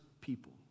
people